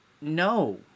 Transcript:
no